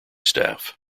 staff